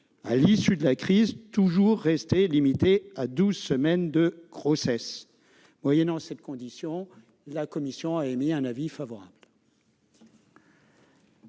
à l'issue de la crise, toujours rester limité à douze semaines de grossesse. Moyennant cette condition, la commission a émis un avis favorable.